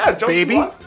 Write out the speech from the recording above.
baby